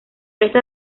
esta